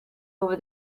over